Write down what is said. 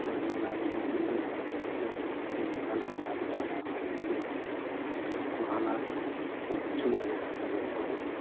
बोनानै जायोमोन दैज्लां बोथोराव जोङो दै बाना बा जाबा हाखर हाला दै जमा जानायफ्राव